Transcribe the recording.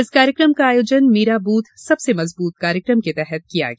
इस कार्यक्रम का आयोजन मेरा बूथ सबसे मजबूत कार्यक्रम के तहत किया गया